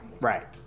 Right